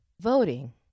voting